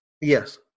Yes